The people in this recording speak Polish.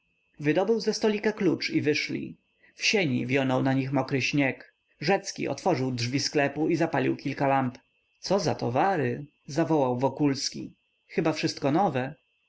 wydobył ze stolika klucz i wyszli w sieni wionął na nich mokry śnieg rzecki otworzył drzwi sklepu i zapalił kilka lamp coza towary zawołał wokulski chyba wszystko nowe